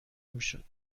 میشد